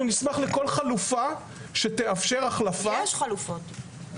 אנחנו נשמח לכל חלופה שתאפשר החלפה --- יש חלופות,